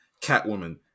Catwoman